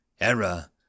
Error